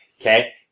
Okay